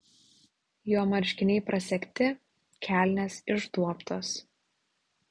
jo marškiniai prasegti kelnės išduobtos